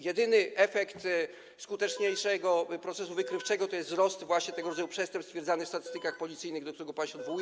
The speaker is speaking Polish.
Jedyny efekt skuteczniejszego procesu wykrywczego to jest wzrost właśnie tego rodzaju przestępstw stwierdzanych w statystykach policyjnych, do którego pan się odwołuje.